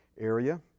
area